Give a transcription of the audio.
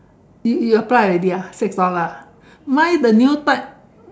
you you apply already ah six dollar lah mine the new type